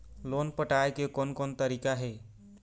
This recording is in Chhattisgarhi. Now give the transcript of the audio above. लोन पटाए के कोन कोन तरीका हे?